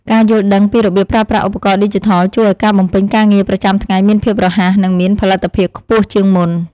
ការយល់ដឹងពីរបៀបប្រើប្រាស់ឧបករណ៍ឌីជីថលជួយឱ្យការបំពេញការងារប្រចាំថ្ងៃមានភាពរហ័ស និងមានផលិតភាពខ្ពស់ជាងមុន។